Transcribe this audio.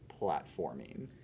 platforming